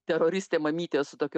teroristė mamytė su tokio